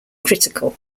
critical